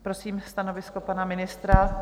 Prosím stanovisko pana ministra.